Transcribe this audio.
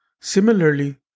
Similarly